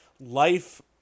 life